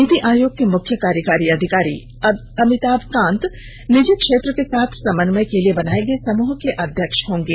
नीति आयोग के मुख्य कार्यकारी अधिकारी अमिताभ कांत निजी क्षेत्र के साथ समन्वय के लिए बनाए गए समूह के अध्यक्ष होंगे